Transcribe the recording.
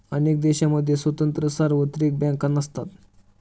अनेक देशांमध्ये स्वतंत्र सार्वत्रिक बँका नसतात